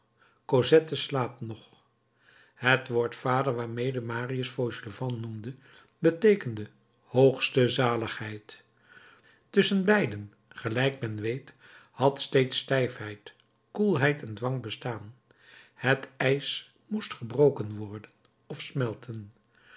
cosette slaapt nog het woord vader waarmede marius fauchelevent noemde beteekende hoogste zaligheid tusschen beiden gelijk men weet had steeds stijfheid koelheid en dwang bestaan het ijs moest gebroken worden of smelten